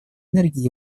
энергии